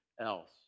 else